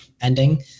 ending